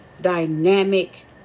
dynamic